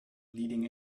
leading